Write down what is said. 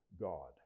God